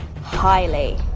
highly